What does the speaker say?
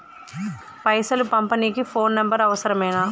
పైసలు పంపనీకి phone number అవసరమేనా?